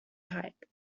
type